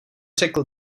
řekl